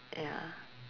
ya